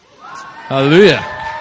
Hallelujah